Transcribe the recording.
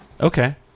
Okay